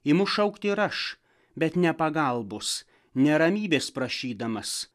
imu šaukti ir aš bet ne pagalbos ne ramybės prašydamas